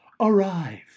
arrive